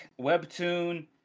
webtoon